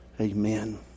Amen